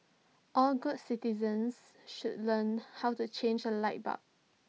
all good citizens should learn how to change A light bulb